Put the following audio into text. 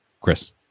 Chris